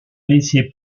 laissé